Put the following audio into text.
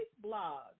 blog